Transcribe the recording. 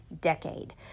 decade